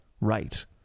Right